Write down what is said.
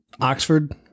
Oxford